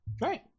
Right